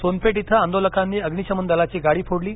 सोनपेठ इथं आंदोलकांनी अग्नीशमनदलाची गाडी फोडली